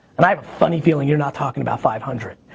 and i have a funny feeling you're not talking about five hundred.